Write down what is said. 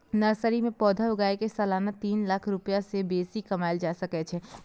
nursery मे पौधा उगाय कें सालाना तीन लाख रुपैया सं बेसी कमाएल जा सकै छै